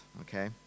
Okay